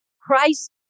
Christ